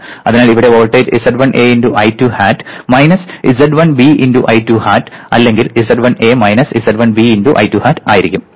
അതിനാൽ ഇവിടെ voltage z1A × I2 hat minus z1B × I2 hat അല്ലെങ്കിൽ z1A minus z1B × I2 hat ആയിരിക്കും